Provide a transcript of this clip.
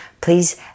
please